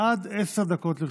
עד עשר דקות לרשותך.